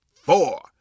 four